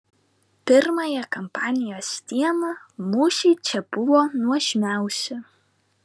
pirmąją kampanijos dieną mūšiai čia buvo nuožmiausi